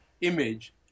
image